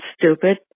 stupid